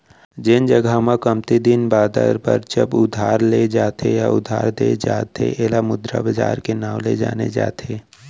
जेन जघा म कमती दिन बादर बर जब उधार ले जाथे या उधार देय जाथे ऐला मुद्रा बजार के नांव ले जाने जाथे